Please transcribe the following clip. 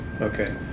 okay